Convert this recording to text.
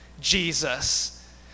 Jesus